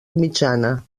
mitjana